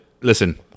listen